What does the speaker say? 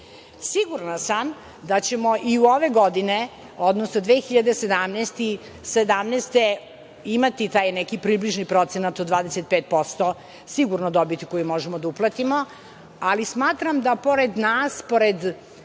Sigurna sam da ćemo i ove godine, odnosno 2017, imati taj neki približni procenat od 25%, sigurno dobiti koju možemo da uplatimo, ali smatram da pored nas, pored